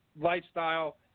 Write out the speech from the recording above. lifestyle